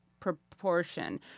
Proportion